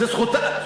זו זכותה,